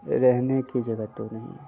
रहने की जगह तो नहीं है